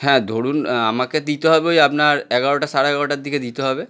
হ্যাঁ ধরুন আমাকে দিতে হবে ওই আপনার এগারোটা সাড়ে এগারোটার দিকে দিতে হবে